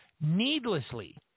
needlessly